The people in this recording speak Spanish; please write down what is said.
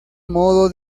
modo